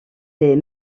des